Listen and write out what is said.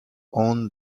own